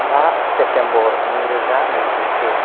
बा सेप्तेम्बर नैरोजा नैजिसे